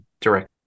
direct